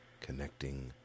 connecting